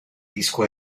disco